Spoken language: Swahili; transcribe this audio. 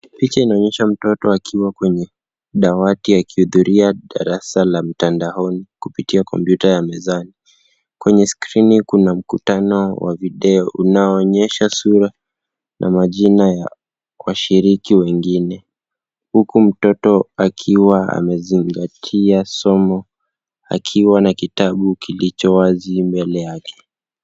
Picha inaonyesha mtoto akiwa kwenye dawati akihudhuria darasa la mtandaoni kupitia kompyuta ya mezani. Kwenye skrini kuna mkutano wa video unaoonyesha sura na majina ya washiriki wengine huku mtoto akiwa amezingatia somo akiwa na kitabu kilicho wazi mbele yake.